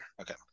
Okay